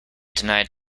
denied